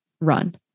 run